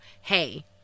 Hey